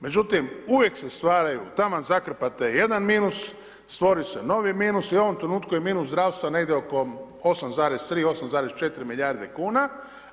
Međutim, uvijek se stvaraju, taman zakrpate jedan minus, stvori se novi minusu i u ovom trenutku je minus zdravstva negdje oko 8,3 8,4 milijarde kn,